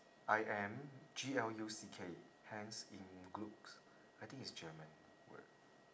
I M G L U C K hans im gluck I think it's german word